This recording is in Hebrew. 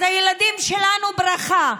אז הילדים שלנו ברכה,